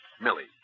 Millie